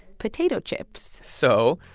potato chips so,